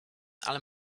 ale